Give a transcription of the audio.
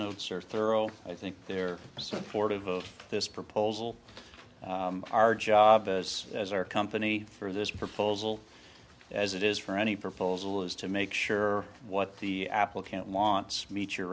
notes are thorough i think they're supportive of this proposal our job as as our company for this proposal as it is for any proposal is to make sure what the apple camp wants me